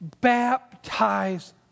baptize